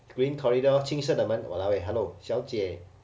green corridor 青色的门 !walao! eh hello 小姐